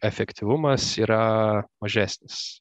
efektyvumas yra mažesnis